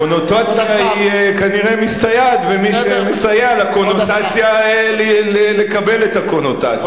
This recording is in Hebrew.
הקונוטציה היא כנראה מסתייעת במי שמסייע לקונוטציה לקבל את הקונוטציה.